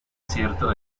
cierto